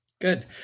Good